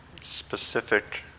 Specific